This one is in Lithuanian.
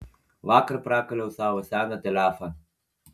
vakar prakaliau savo seną telefą